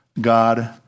God